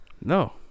No